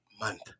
month